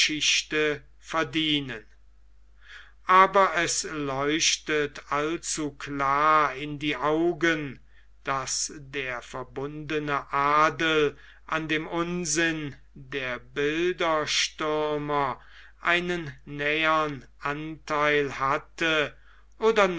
verdienen aber es leuchtet allzu klar in die augen daß der verbundene adel an dem unsinn der bilderstürmer einen nähern antheil hatte oder